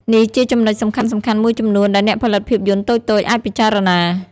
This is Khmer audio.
នេះជាចំណុចសំខាន់ៗមួយចំនួនដែលអ្នកផលិតភាពយន្តតូចៗអាចពិចារណា។